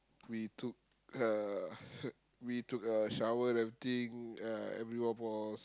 we took a we took a shower and everything uh everyone was